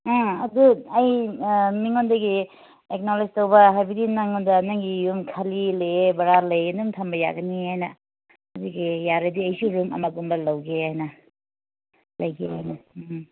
ꯑꯥ ꯑꯗꯣ ꯑꯩ ꯃꯤꯉꯣꯟꯗꯒꯤ ꯑꯦꯛꯅꯣꯂꯦꯠꯖ ꯇꯧꯕ ꯍꯥꯏꯕꯗꯤ ꯅꯪꯉꯣꯟꯗ ꯅꯪꯒꯤ ꯌꯨꯝ ꯈꯥꯜꯂꯤ ꯂꯩꯌꯦ ꯚꯔꯥ ꯂꯩꯌꯦ ꯑꯗꯨꯝ ꯊꯝꯕ ꯌꯥꯒꯅꯤ ꯍꯥꯏꯅ ꯑꯗꯨꯒꯤ ꯌꯥꯔꯗꯤ ꯑꯩꯁꯨ ꯔꯨꯝ ꯑꯃꯒꯨꯝꯕ ꯂꯧꯒꯦ ꯍꯥꯏꯅ ꯂꯩꯒꯦ ꯍꯥꯏꯅ ꯎꯝ